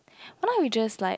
but now we just like